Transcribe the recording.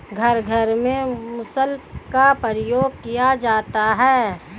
घर घर में मुसल का प्रयोग किया जाता है